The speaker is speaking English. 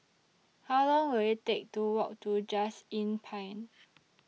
How Long Will IT Take to Walk to Just Inn Pine